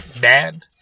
Dad